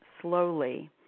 slowly